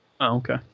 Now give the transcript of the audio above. Okay